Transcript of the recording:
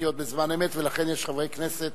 אמיתיות בזמן אמת, ולכן יש חברי כנסת